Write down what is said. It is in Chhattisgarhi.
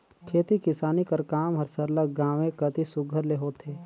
खेती किसानी कर काम हर सरलग गाँवें कती सुग्घर ले होथे